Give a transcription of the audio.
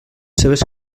seves